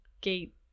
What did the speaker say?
gate